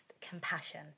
compassion